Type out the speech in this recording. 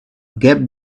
gave